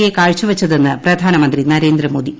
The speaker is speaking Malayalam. എ കാഴ്ചവച്ചതെന്ന് പ്രധാനമന്ത്രി നരേന്ദ്രമോദി